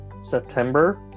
September